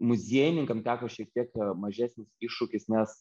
muziejininkam teko šiek tiek mažesnis iššūkis nes